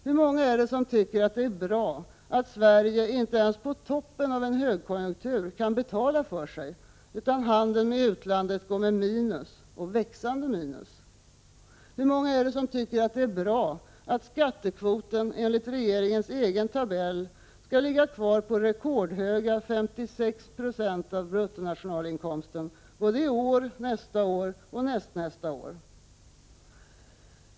Hur många är det som tycker det är bra att Sverige inte ens på toppen av en högkonjunktur kan betala för sig, utan att handeln med utlandet går med minus, och växande minus? Hur många är det som tycker det är bra att skattekvoten enligt regeringens egen tabell skall ligga kvar på rekordhöga 56 96 av bruttonationalinkomsten både i år, nästa år och nästnästa år?